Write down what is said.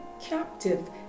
captive